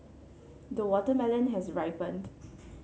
the watermelon has ripened